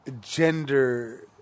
gender